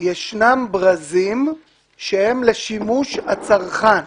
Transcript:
ישנם ברזים שהם לשימוש הצרכן,